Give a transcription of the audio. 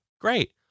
Great